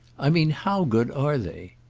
i mean how good are they?